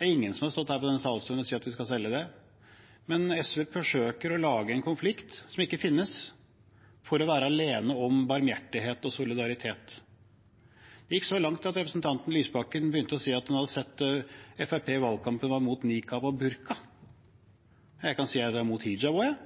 Ingen har stått her på denne talerstolen og sagt at vi skal selge det. Men SV forsøker å lage en konflikt som ikke finnes, for å være alene om barmhjertighet og solidaritet. Det gikk så langt at representanten Lysbakken sa han hadde sett at Fremskrittspartiet i valgkampen var imot nikab og burka. Jeg kan si at jeg også er imot hijab, for jeg